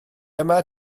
yma